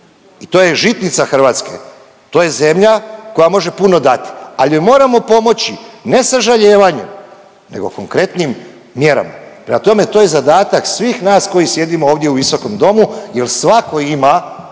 I to je žitnica Hrvatske, to je zemlja koja može puno dati, ali joj moramo pomoći ne sažaljevanjem nego konkretnim mjerama. Prema tome to je zadatak svih nas koji sjedimo ovdje u visokom domu jer svako ima